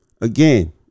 again